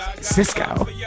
Cisco